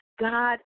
God